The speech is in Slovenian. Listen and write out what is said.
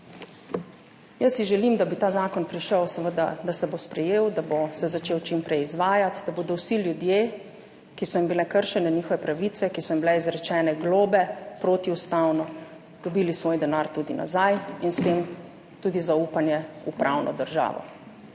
borili. Želim si, da bi ta zakon prišel, da se bo sprejel, da se bo začel čim prej izvajati, da bodo vsi ljudje, ki so jim bile kršene njihove pravice, ki so jim bile izrečene globe protiustavno, dobili svoj denar nazaj in s tem tudi zaupanje v pravno državo.